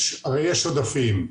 הרי יש עודפים.